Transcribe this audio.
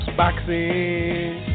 boxing